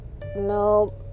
no